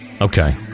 Okay